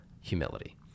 humility